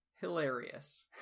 hilarious